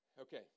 Okay